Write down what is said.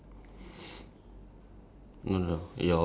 wait at the back of your paper is there like some